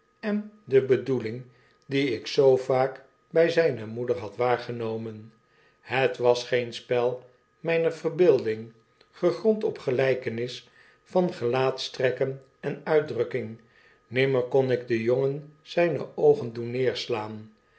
en de bedoeling die ik zoo vaak by zijne moeder had waargenomen het was geen spel myner verbeelding gegrond op gelykenis van gelaatstrekken en uitdrukking nimmer kon ik den jongen zijne oogen doen neerslaan